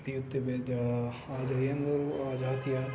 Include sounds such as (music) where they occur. ನಡೆಯುತ್ತಿವೆ ದ ಆದರೆ (unintelligible) ಆ ಜಾತಿಯ